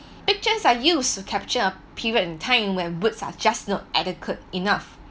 pictures are used to capture a period in time when words are just not adequate enough